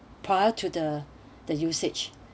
prior to the the usage